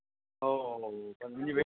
हो हो पण म्हणजे